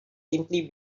simply